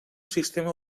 sistema